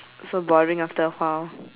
so boring after a while